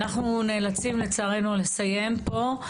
אנחנו נאלצים לצערנו לסיים פה.